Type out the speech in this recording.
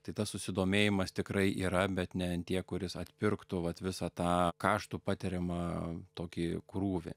tai tas susidomėjimas tikrai yra bet ne ant tiek kuris atpirktų vat visą tą kaštų patiriamą tokį krūvį